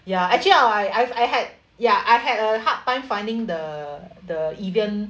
ya actually ah I I've I had ya I had a hard time finding the the evian